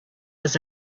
was